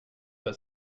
pas